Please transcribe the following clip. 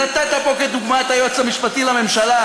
נתת פה כדוגמה את היועץ המשפטי לממשלה,